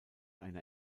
eine